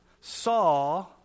saw